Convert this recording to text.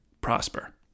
prosper